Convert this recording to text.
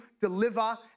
deliver